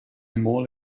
mall